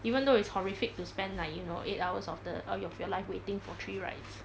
even though it's horrific to spend like you know eight hours of the all of your life waiting for three rides